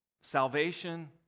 salvation